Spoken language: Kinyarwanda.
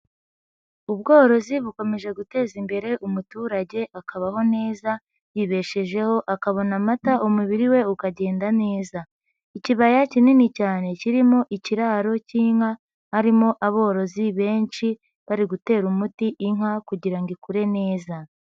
ubworozi bukomeje guteza imbere umuturage akabaho neza yibeshejeho akabona amata umubiri we ukagenda neza. Ikibaya kinini cyane kirimo ikiraro cy'inka harimo aborozi benshi bari gutera umuti inka kugira ikure neza.